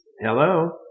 Hello